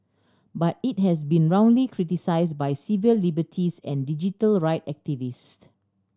but it has been roundly criticise by civil liberties and digital right activist